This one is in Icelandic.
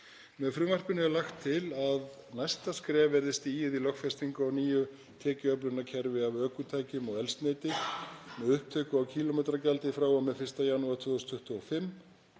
Með frumvarpinu er lagt til að næsta skref verði stigið í lögfestingu á nýju tekjuöflunarkerfi af ökutækjum og eldsneyti með upptöku á kílómetragjaldi frá og með 1. janúar 2025